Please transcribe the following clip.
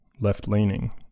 left-leaning